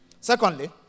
Secondly